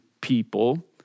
people